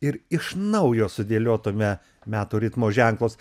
ir iš naujo sudėliotume metų ritmo ženklus